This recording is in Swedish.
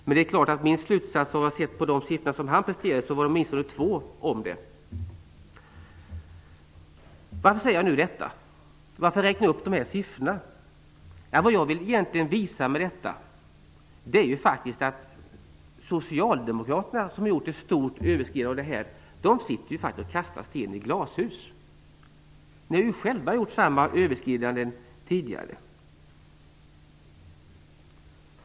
Min slutsats, efter att ha sett på de siffror som Göran Persson presterade, är att de var åtminstone två om det. Varför säger jag nu detta? Varför räkna upp de här siffrorna? Vad jag vill visa är att Socialdemokraterna, som har gjort ett nummer av överskridandet, sitter i glashus och kastar sten. Ni har ju själva gjort samma överskridanden tidigare!